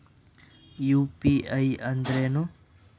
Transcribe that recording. UPI ಅಂದ್ರೇನು?